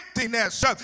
emptiness